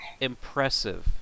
impressive